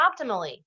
optimally